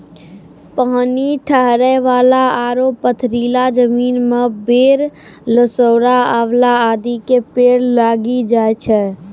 पानी ठहरै वाला आरो पथरीला जमीन मॅ बेर, लिसोड़ा, आंवला आदि के पेड़ लागी जाय छै